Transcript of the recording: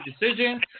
decision